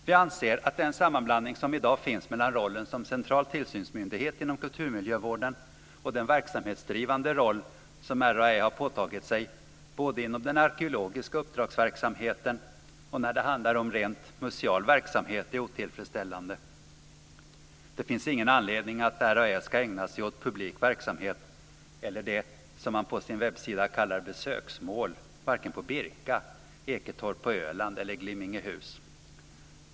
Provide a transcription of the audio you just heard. Vi anser att den sammanblandning som i dag finns mellan rollen som central tillsynsmyndighet inom kulturmiljövården och den verksamhetsdrivande roll som RAÄ har påtagit sig både inom den arkeologiska uppdragsverksamheten och när det handlar om rent museal verksamhet är otillfredsställande. Det finns ingen anledning att RAÄ ska ägna sig åt publik verksamhet eller det man på sin webbsida kallar besöksmål varken på Birka, Eketorp på Öland eller Glimmingehus.